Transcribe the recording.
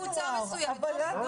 מסוימת.